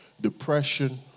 depression